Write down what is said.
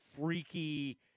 freaky